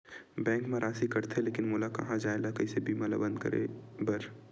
Bank मा राशि कटथे लेकिन मोला कहां जाय ला कइसे बीमा ला बंद करे बार?